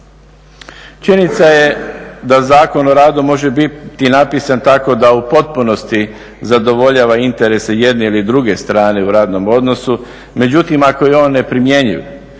Činjenica je da Zakon o radu može biti napisan tako da u potpunosti zadovoljava interese jedne ili druge strane u radnom odnosu. Međutim, ako je on neprimjenjiv